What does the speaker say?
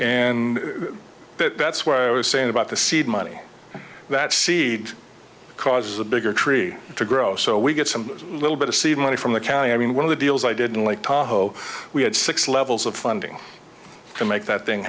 that that's what i was saying about the seed money that seed causes a bigger tree to grow so we get some little bit of seed money from the county i mean one of the deals i didn't like whoa we had six levels of funding to make that thing